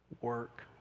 work